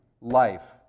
life